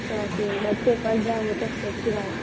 तो फिर बच्चे पढ जाएँ वो सबसे अच्छी बात है